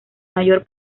mayor